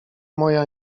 moja